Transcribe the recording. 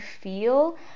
feel